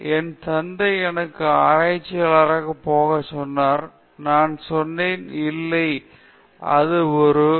என் தந்தை என்னை ஆராய்ச்சிக்காக போக சொன்னார் நான் சொன்னேன் இல்லை அதில் ஒரு கீக் இல்லை